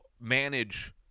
manage